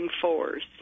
force